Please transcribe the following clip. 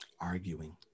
arguing